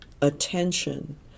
attention